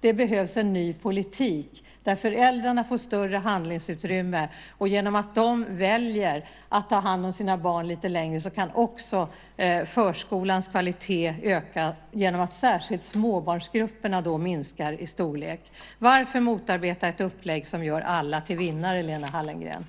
Det behövs en ny politik där föräldrarna får större handlingsutrymme, och genom att de väljer att ta hand om sina barn lite längre kan också förskolans kvalitet öka genom att särskilt småbarnsgrupperna då minskar i storlek. Varför motarbeta ett upplägg som gör alla till vinnare, Lena Hallengren?